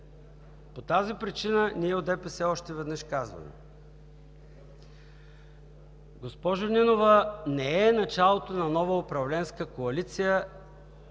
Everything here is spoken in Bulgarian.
По тази причина ние от ДПС още веднъж казваме: госпожо Нинова, не е началото на нова управленска коалиция